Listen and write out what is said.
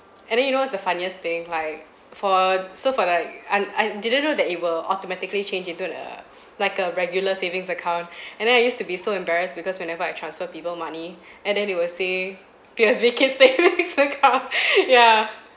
and then you know what's the funniest thing like for so for like I I didn't know that it will automatically change into the like a regular savings account and then I used to be so embarrassed because whenever I transfer people money and then it will say P_O_S_B kids savings account ya